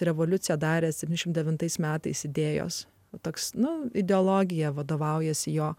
revoliuciją daręs dvidešimt devintais metais idėjos toks nu ideologija vadovaujasi jo